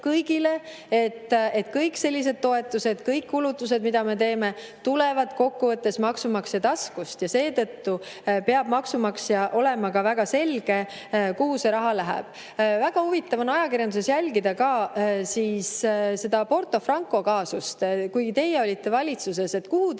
kõigile, et kõik sellised toetused, kõik kulutused, mida me teeme, tulevad kokkuvõttes maksumaksja taskust. Seetõttu peab maksumaksjale olema ka väga selge, kuhu see raha läheb. Väga huvitav on ajakirjanduses jälgida ka seda Porto Franco kaasust. Kui teie olite valitsuses, kuhu